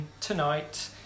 tonight